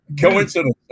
Coincidence